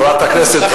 חברת הכנסת זוארץ,